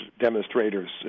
demonstrators